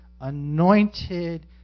anointed